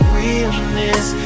realness